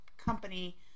company